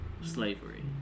slavery